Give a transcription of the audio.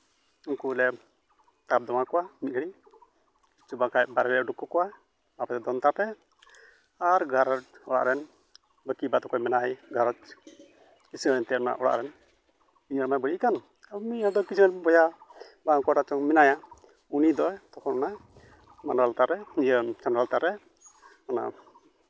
ᱩᱱᱠᱩ ᱞᱮ ᱛᱟᱨᱫᱚᱢᱟᱣ ᱠᱚᱣᱟ ᱢᱤᱫ ᱜᱷᱟᱹᱲᱤᱡ ᱵᱟᱝᱠᱷᱟᱱ ᱵᱟᱦᱨᱮ ᱞᱮ ᱩᱰᱩᱠ ᱠᱟᱠᱚᱣᱟ ᱟᱯᱮ ᱫᱚ ᱫᱚᱱ ᱦᱟᱛᱟᱲ ᱯᱮ ᱟᱨ ᱜᱷᱟᱨᱚᱸᱡᱽ ᱚᱲᱟᱜ ᱨᱮᱱ ᱵᱟᱹᱠᱤ ᱵᱟᱫ ᱚᱠᱚᱭ ᱢᱮᱱᱟᱭ ᱜᱷᱟᱨᱚᱸᱡᱽ ᱠᱤᱥᱟᱹᱬ ᱮᱱᱛᱮᱫ ᱚᱱᱟ ᱚᱲᱟᱜ ᱨᱮᱱ ᱩᱱᱤ ᱚᱱᱟ ᱵᱟᱹᱲᱤᱡ ᱟᱠᱟᱱ ᱩᱱᱤ ᱟᱫᱚ ᱠᱤᱥᱟᱹᱬ ᱵᱚᱭᱦᱟ ᱵᱟᱝ ᱚᱠᱚᱭ ᱴᱟᱜ ᱪᱚᱝ ᱢᱮᱱᱟᱭᱟ ᱩᱱᱤ ᱫᱚ ᱛᱚᱠᱷᱚᱱ ᱚᱱᱟᱭ ᱢᱟᱰᱣᱟ ᱞᱟᱛᱟᱨ ᱨᱮ ᱪᱷᱟᱢᱰᱟ ᱞᱟᱛᱟᱨ ᱨᱮ ᱚᱱᱟ